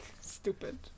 Stupid